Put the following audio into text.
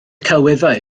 celwyddau